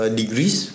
degrees